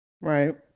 Right